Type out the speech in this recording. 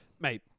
Mate